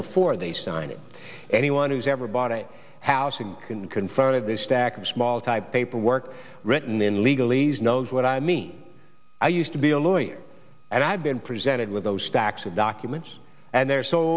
before they sign it anyone who's ever bought a house and can confirm that this stack of small type paperwork written in legal ease knows what i mean i used to be a lawyer and i've been presented with those stacks of documents and they're so